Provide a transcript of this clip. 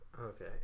Okay